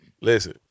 Listen